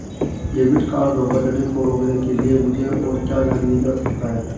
Debit card धोखाधड़ी को रोकने के लिए मुझे और क्या जानने की आवश्यकता है?